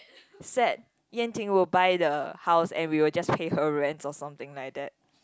sad Yan-Ting will buy the house and we'll just pay her rent or something like that